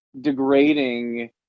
degrading